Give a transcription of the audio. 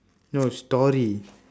no story